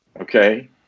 okay